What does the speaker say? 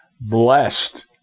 Blessed